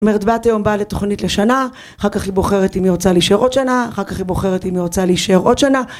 מרדבת היום באה לתוכנית לשנה, אחר כך היא בוחרת אם היא רוצה להישאר עוד שנה, אחר כך היא בוחרת אם היא רוצה להישאר עוד שנה